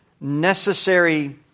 necessary